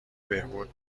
بهبود